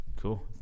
Cool